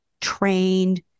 trained